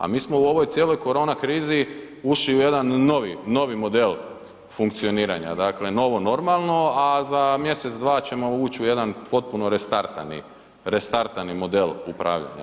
A mi smo u ovoj cijeloj korona krizi ušli u jedan novi, novi model funkcioniranja, dakle novo normalno, a za mjesec, dva ćemo ući u jedan potpuno restartani, restartani model upravljanja.